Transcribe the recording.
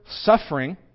suffering